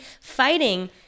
fighting